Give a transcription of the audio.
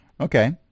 okay